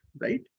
right